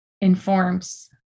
informs